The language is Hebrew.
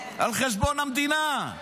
על חשבון המדינה,